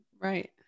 Right